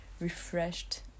refreshed